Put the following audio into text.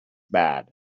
bad